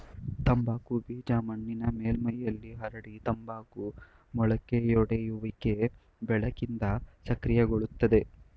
ತಂಬಾಕು ಬೀಜ ಮಣ್ಣಿನ ಮೇಲ್ಮೈಲಿ ಹರಡಿ ತಂಬಾಕು ಮೊಳಕೆಯೊಡೆಯುವಿಕೆ ಬೆಳಕಿಂದ ಸಕ್ರಿಯಗೊಳ್ತದೆ